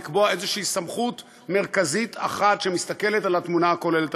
לקבוע איזושהי סמכות מרכזית אחת שמסתכלת על התמונה הכוללת.